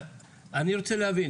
אני רוצה להבין.